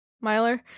miler